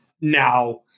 Now